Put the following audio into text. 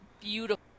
Beautiful